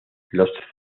los